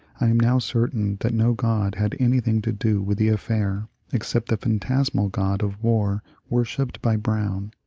i am now certain that no god had anything to do with the affair except the phantasmal god of war worshipped by brown,